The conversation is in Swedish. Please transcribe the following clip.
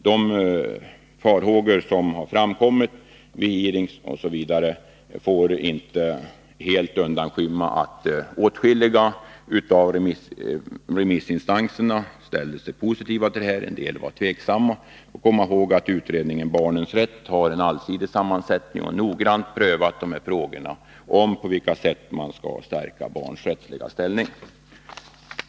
De farhågor som har framkommit vid våra hearings får inte undanskymma att åtskilliga av remissinstanserna har ställt sig positiva till förslaget, även om en del varit tveksamma. Och vi får komma ihåg att utredningen om barnens rätt har en allsidig sammansättning och noggrant har prövat frågorna om på vilket sätt man skall stärka barnens rättsliga ställning.